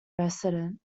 resident